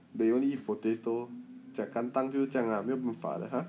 but you only eat potato 就是这样啦没有办法的 ha